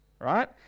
right